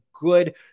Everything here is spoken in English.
good